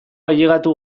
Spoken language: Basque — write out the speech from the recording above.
ailegatu